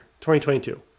2022